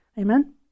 Amen